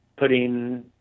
putting